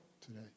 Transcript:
today